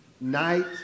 night